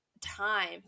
time